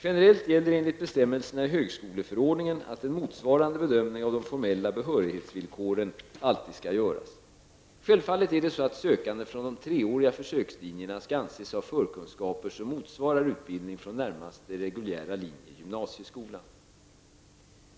Generellt gäller enligt bestämmelserna i högskoleförordningen att en motsvarande bedömning av de formella behörighetsvillkoren alltid skall göras. Självfallet är det så att sökande från de treåriga försökslinjerna skall anses ha förkunskaper som motsvarar utbildning från närmaste reguljära linje i gymnasieskolan.